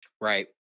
Right